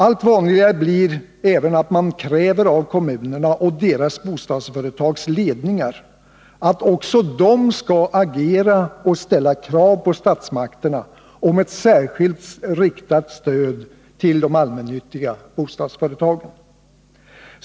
Allt vanligare blir även att man kräver av kommunerna och deras bostadsföretags ledningar att också de skall agera och ställa krav på statsmakterna om ett särskilt riktat stöd till de allmännyttiga bostadsföretagen.